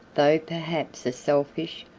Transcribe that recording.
though perhaps a selfish,